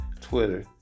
Twitter